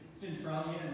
Centralia